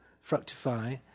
fructify